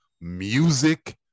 music